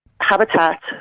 habitat